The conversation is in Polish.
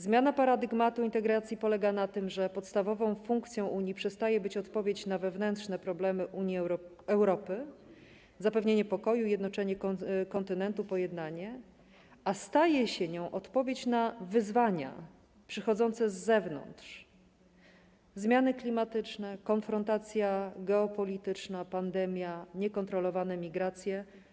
Zmiana paradygmatu integracji polega na tym, że podstawową funkcją Unii przestaje być odpowiedź na wewnętrzne problemy Europy, zapewnienie pokoju i jednoczenie kontynentu, pojednanie, a staje się nią odpowiedź na wyzwania przychodzące z zewnątrz: zmiany klimatyczne, konfrontacja geopolityczna, pandemia, niekontrolowane migracje.